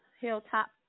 hilltop